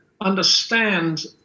understand